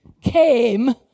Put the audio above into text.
came